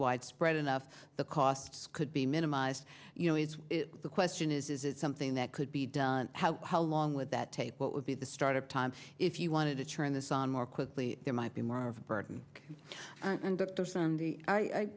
widespread enough the costs could be minimized you know it's the question is is it something that could be done how how long would that take what would be the start of time if you wanted to turn this on more quickly there might be more of a burden